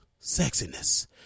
sexiness